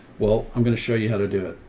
well, i'm going to show you how to do it.